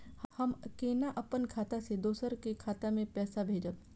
हम केना अपन खाता से दोसर के खाता में पैसा भेजब?